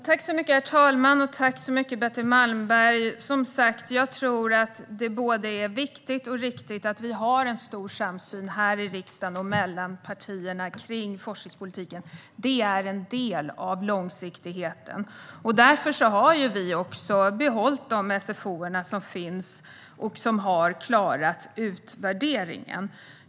Herr talman! Betty Malmberg! Som sagt: Jag tror att det är både viktigt och riktigt att vi har en stor samsyn i riksdagen och mellan partierna kring forskningspolitiken. Det är en del av långsiktigheten. Därför har vi också behållit de SFO:er som har klarat utvärderingen.